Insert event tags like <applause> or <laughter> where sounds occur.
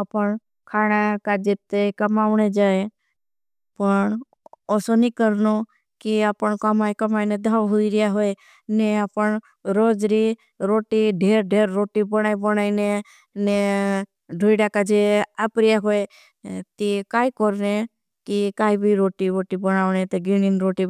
अपन खाना काजिते कमाऊने जाएं पण ओसोनी करनो कि अपन। कमाई कमाईने द्धाव हुई रिया हुई ने अपन रोजरी रोटी धेर धेर रोटी। बनाई बनाईने ने <hesitation> धुईडा काजिते आपरिया हुई ती। काई करने की काई भी रोटी रोटी बनाऊने ती गिनिन रोट